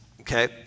okay